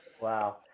Wow